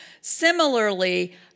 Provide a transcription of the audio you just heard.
Similarly